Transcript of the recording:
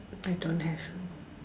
I don't have